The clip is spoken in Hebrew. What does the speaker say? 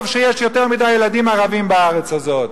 שיש יותר מדי ילדים ערבים בארץ הזאת,